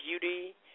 beauty